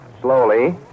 slowly